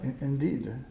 indeed